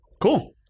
Cool